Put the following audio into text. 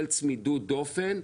של צמידות דופן,